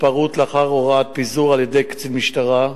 התפרעות לאחר הוראת פיזור על-ידי קצין משטרה,